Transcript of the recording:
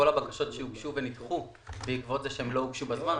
כל הבקשות שהוגשו ונדחו בעקבות זה שהן לא הוגשו בזמן,